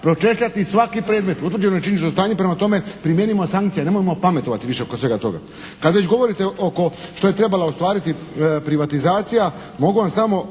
Pročešljati svaki predmet, utvrđeno je činjenično stanje. Prema tome, primijenimo sankcije, nemojmo pametovati više oko svega toga. Kad već govorite oko što je trebala ostvariti privatizacija mogu vam samo